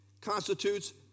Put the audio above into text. constitutes